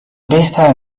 بهتر